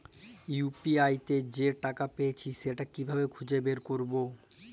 UPI তে যে টাকা পেয়েছি সেটা কিভাবে খুঁজে বের করবো?